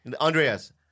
Andreas